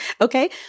Okay